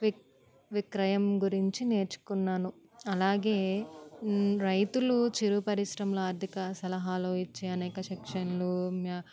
విక్ విక్రయం గురించి నేర్చుకున్నాను అలాగే రైతులు చిరు పరిశ్రమలు ఆర్థిక సలహాలు ఇచ్చే అనేక శిక్షణలు మ్యా